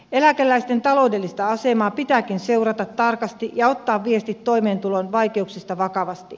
eläkeläisten taloudellista asemaa pitääkin seurata tarkasti ja ottaa viestit toimeentulon vaikeuksista vakavasti